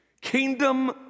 kingdom